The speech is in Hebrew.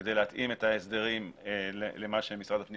כדי להתאים את ההסדרים למה שמשרד הפנים